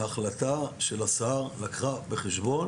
ההחלטה של השר לקחה בחשבון